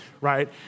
right